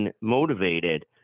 motivated